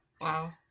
wow